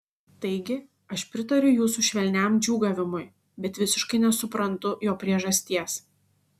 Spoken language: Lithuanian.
taigi aš pritariu jūsų švelniam džiūgavimui bet visiškai nesuprantu jo priežasties